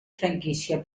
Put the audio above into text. franquícia